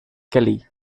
kelly